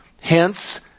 Hence